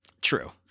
True